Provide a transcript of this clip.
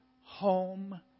home